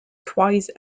twice